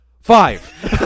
Five